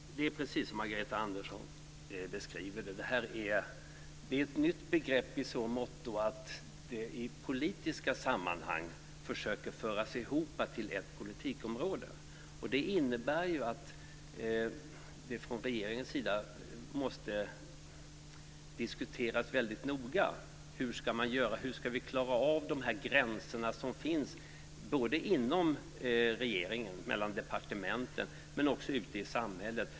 Fru talman! Det är precis som Margareta Andersson beskriver detta. Det här är ett nytt begrepp i så måtto att man i politiska sammanhang försöker föra ihop det till ett politikområde. Det innebär ju att man från regeringens sida måste diskutera väldigt noga hur man ska klara av de gränser som finns både inom regeringen, mellan departementen, men också ute i samhället.